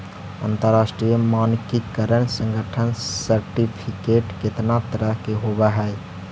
अंतरराष्ट्रीय मानकीकरण संगठन सर्टिफिकेट केतना तरह के होब हई?